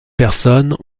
personnes